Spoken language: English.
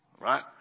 right